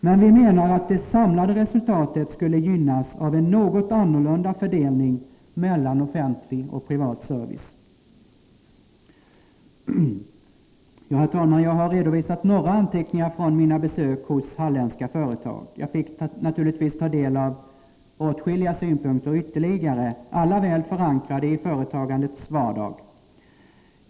Men vi menar att det samlade resultatet skulle gynnas av en något annorlunda fördelning mellan offentlig och privat service. Herr talman! Jag har redovisat några anteckningar från mina besök hos halländska företag. Jag fick naturligtvis ta del av åtskilliga synpunkter ytterligare, alla väl förankrade i företagandets vardag.